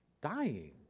dying